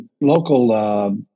local